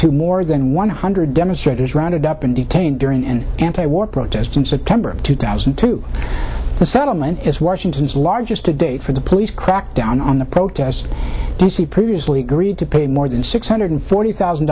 to more than one hundred demonstrators rounded up and detained during an anti war protest in september of two thousand and two the settlement is washington's largest to date for the police crackdown on the protests against the previously agreed to pay more than six hundred forty thousand